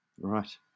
Right